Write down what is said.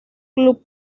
club